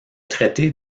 traité